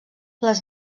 les